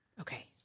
Okay